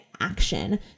action